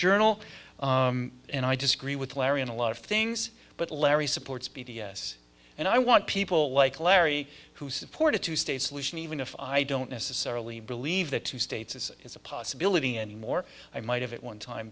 journal and i disagree with larry on a lot of things but larry supports b d s and i want people like larry who support a two state solution even if i don't necessarily believe the two states as is a possibility anymore i might have it one time